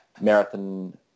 marathon